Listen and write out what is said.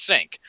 sink